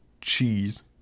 cheese